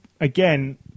again